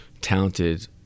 talented